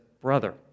brother